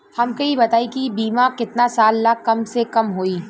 हमके ई बताई कि बीमा केतना साल ला कम से कम होई?